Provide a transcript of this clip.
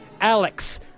Alex